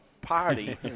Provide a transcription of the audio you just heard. party